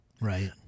right